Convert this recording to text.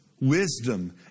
wisdom